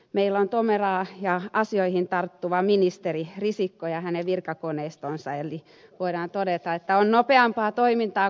meillä on tomera ja asioihin tarttuva ministeri risikko ja hänen virkakoneistonsa eli voidaan todeta että tämä on nopeaa toimintaa